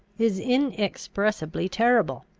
is inexpressibly terrible.